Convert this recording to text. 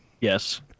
Yes